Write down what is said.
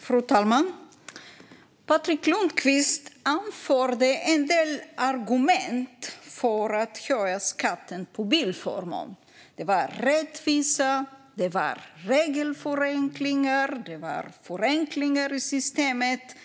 Fru talman! Patrik Lundqvist anförde en del argument för att höja skatten på bilförmån. Det var rättvisa, det var regelförenklingar och förenklingar i systemet.